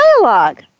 dialogue